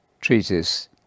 treatise